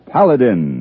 Paladin